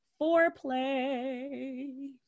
foreplay